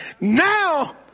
Now